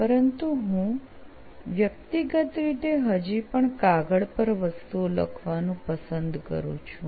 પરંતુ હું વ્યક્તિગત રીતે હજી પણ કાગળ પર વસ્તુઓ લખવાનું પસંદ કરું છું